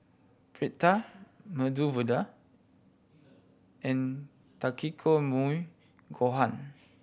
Pita Medu Vada and Takikomi Gohan